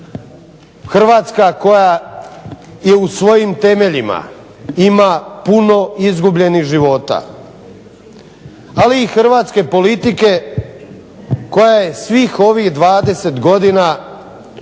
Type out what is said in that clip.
Hrvatska koja u svojim temeljima ima puno izgubljenih života, ali i hrvatske politike koja je svih ovih 20 godina, možda je